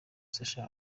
sacha